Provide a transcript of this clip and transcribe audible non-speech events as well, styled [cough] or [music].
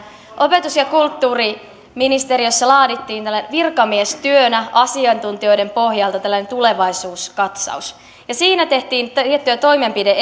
opetus ja kulttuuriministeriössä laadittiin virkamiestyönä asiantuntijoiden pohjalta tulevaisuuskatsaus siinä tehtiin tiettyjä toimenpide [unintelligible]